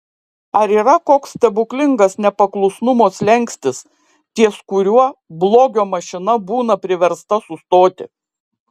ar yra koks stebuklingas nepaklusnumo slenkstis ties kuriuo blogio mašina būna priversta sustoti